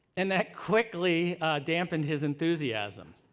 and that quickly dampened his enthusiasm.